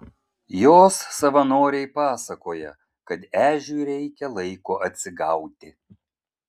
jos savanoriai pasakoja kad ežiui reikia laiko atsigauti